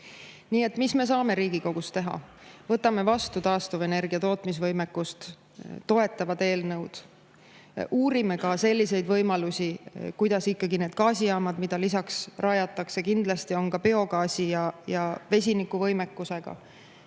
et mis me saame Riigikogus teha? Võtame vastu taastuvenergia tootmise võimekust toetavad eelnõud. Uurime ka võimalusi, kuidas ikkagi need gaasijaamad, mida lisaks rajatakse, oleks kindlasti ka biogaasi- ja vesinikuvõimekusega,